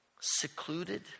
secluded